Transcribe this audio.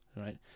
right